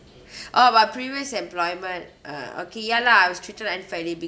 oh our previous employment uh okay ya lah I was treated unfairly